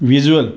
visual